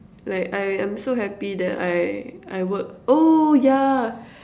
like I I'm so happy that I I work oh ya